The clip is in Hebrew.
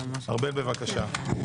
ארבל, בבקשה.